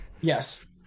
yes